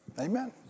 Amen